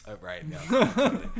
Right